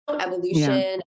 evolution